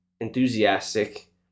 enthusiastic